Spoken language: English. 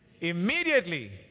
immediately